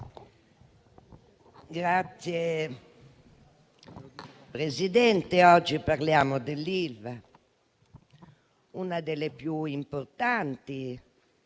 Signora Presidente, oggi parliamo dell'Ilva, una delle più importanti